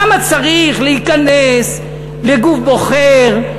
למה צריך להיכנס לגוף בוחר,